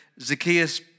Zacchaeus